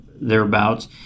thereabouts